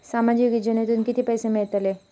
सामाजिक योजनेतून किती पैसे मिळतले?